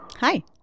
Hi